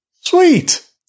Sweet